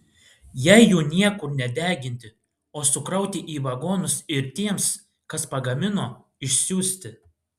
jei jų niekur nedeginti o sukrauti į vagonus ir tiems kas pagamino išsiųsti